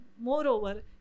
moreover